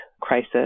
crisis